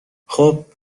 خوب